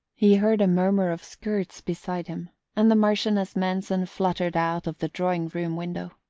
he heard a murmur of skirts beside him, and the marchioness manson fluttered out of the drawing-room window.